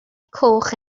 coch